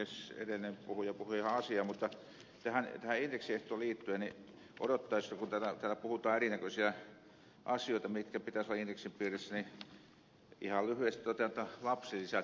edellinen puhuja puhui ihan asiaa mutta tähän indeksiehtoon liittyen kun täällä puhutaan erinäköisistä asioista joiden pitäisi olla indeksin piirissä ihan lyhyesti totean että lapsilisät kyllä pitäisi vihonviimein saada indeksin piiriin